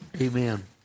Amen